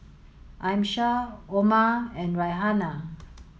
Amsyar Omar and Raihana